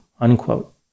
unquote